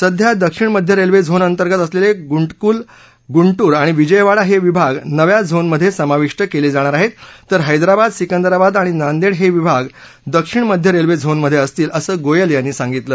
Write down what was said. सध्या दक्षिण मध्य रेल्वे झोनअंतर्गत असलेले गुंटकल गुंटूर आणि विजयवाडा हे विभाग नव्या झोनमध्ये समाविष्ट केले जाणार आहेत तर हैदराबाद सिकंदराबाद आणि नांदेड हे विभाग दक्षिण मध्य रेल्वे झोनमध्ये असतील असं गोयल यांनी सांगितलं